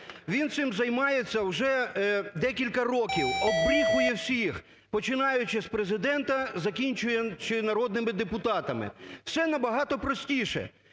Він цим займається уже декілька років. Оббріхує всіх, починаючи з Президента, закінчуючи народними депутатами. Все набагато простіше.